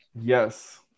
Yes